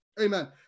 Amen